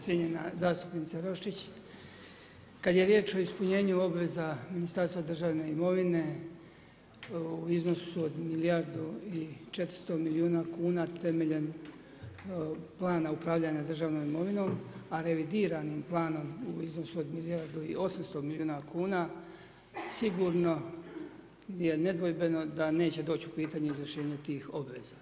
Cjenjena zastupnica Roščoć, kada je riječ o ispunjenu obveza Ministarstva državne imovine, u iznosu od milijardu i 400 milijuna kuna, temeljem plana upravljanja državnom imovinom, a revidiranim planom u iznosu od milijardu i 800milijuna kuna, sigurno je nedvojbeno da neće doći u pitanje izvršenje tih obveza.